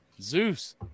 Zeus